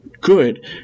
good